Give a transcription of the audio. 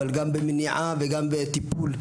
אבל גם במניעה ובטיפול.